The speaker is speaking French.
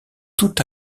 tout